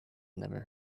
never